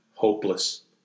hopeless